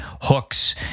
hooks